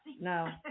No